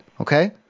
Okay